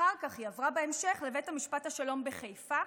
אחר כך, היא עברה בהמשך לבית המשפט השלום בחיפה,